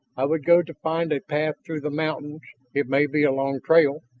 i would go to find a path through the mountains it may be a long trail,